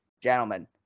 Gentlemen